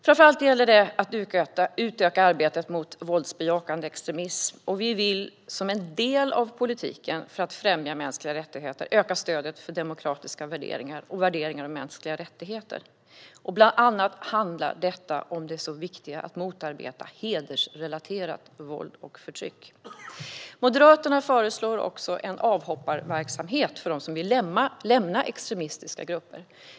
Framför allt gäller det att utöka arbetet mot våldsbejakande extremism. Vi vill som en del av politiken för att främja mänskliga rättigheter öka stödet för demokratiska värderingar och värderingar om mänskliga rättigheter. Bland annat handlar detta om det så viktiga att motarbeta hedersrelaterat våld och förtryck. Moderaterna föreslår också en avhopparverksamhet för dem som vill lämna extremistiska grupper.